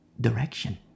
direction